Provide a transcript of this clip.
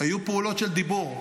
היו פעולות של דיבור,